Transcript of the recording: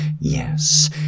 Yes